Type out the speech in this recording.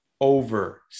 over